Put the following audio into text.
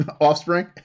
Offspring